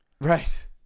right